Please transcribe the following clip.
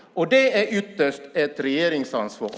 Det är ytterst ett regeringsansvar.